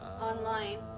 online